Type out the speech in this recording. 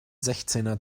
sechzehner